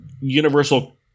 Universal